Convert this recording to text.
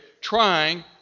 trying